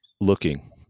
looking